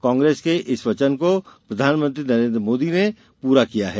कांग्रेस के इस वचन को प्रधानमंत्री नरेन्द्र मोदी ने पूरा किया है